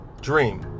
dream